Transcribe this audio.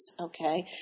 okay